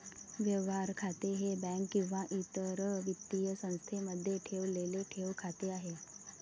व्यवहार खाते हे बँक किंवा इतर वित्तीय संस्थेमध्ये ठेवलेले ठेव खाते आहे